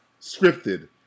scripted